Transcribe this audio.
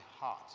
heart